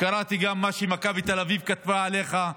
קראתי גם מה שמכבי תל אביב כתבה עליך.